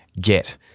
get